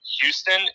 Houston